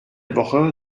woche